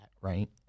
right